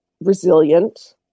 resilient